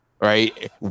Right